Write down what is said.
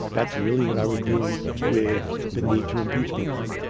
that's really what i was doing with the need to impeach movement.